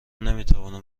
نمیتوانم